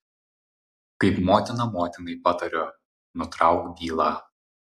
kaip motina motinai patariu nutrauk bylą